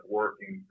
working